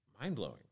mind-blowing